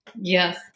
yes